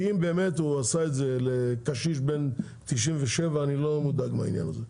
כי אם באמת הוא עשה את זה לקשיש בן 97 אני מודאג מהעניין הזה,